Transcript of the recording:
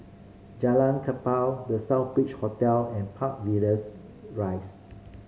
Jalan Kapal The Southbridge Hotel and Park Villas Rise